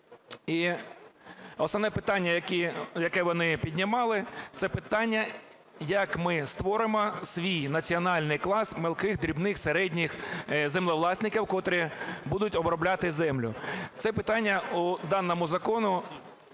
І основне питання, яке вони піднімали, - це питання, як ми створимо свій національний клас мілких, дрібних, середніх землевласників, котрі будуть обробляти землю. Це питання в даному законі